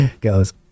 goes